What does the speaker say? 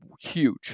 huge